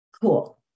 Cool